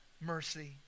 mercy